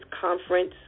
conference